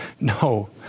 No